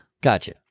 Gotcha